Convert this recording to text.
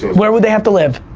where would they have to live,